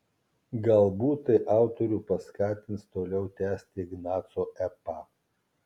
galbūt tai autorių paskatins toliau tęsti ignaco epą